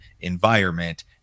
environment